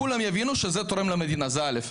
כולם יבינו שזה תורם למדינה, זה דבר ראשון.